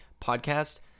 podcast